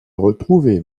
retrouvé